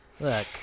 Look